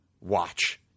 watch